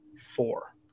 Four